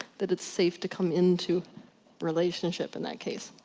that it's safe to come into relationship in that case.